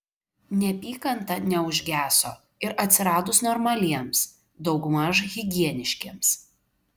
neapykanta neužgeso ir atsiradus normaliems daugmaž higieniškiems